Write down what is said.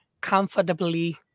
comfortably